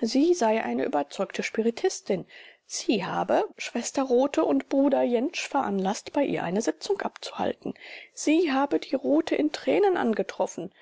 sie sei überzeugte spiritistin sie habe schwester rothe und bruder jentsch veranlaßt bei ihr eine sitzung abzuhalten sie habe die rothe in tränen angetroffen